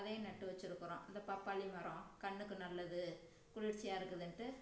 அதையும் நட்டு வச்சிருக்குறோம் இந்த பப்பாளி மரம் கண்ணுக்கு நல்லது குளிர்ச்சியாக இருக்குதுன்ட்டு